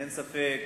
אין ספק